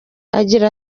agira